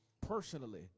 personally